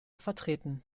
vertreten